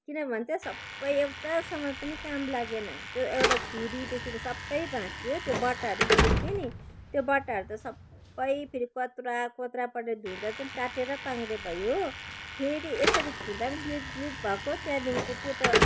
किन भन् त सबै एउटा सामान पनि काम लागेन त्यो एउटा छुरीदेखि सबै भाँच्चियो त्यो बट्टाहरू किनेको थिएँ नि त्यो बट्टाहरू त सबै फेरि कोत्रा कोत्रा परेर धुँदा झन् टाटे र पाङ्ग्रे भयो हो फेरि यसरी छुँदा पनि गिलित गिलित भएको त्यहाँदेखि त त्यो त